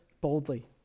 boldly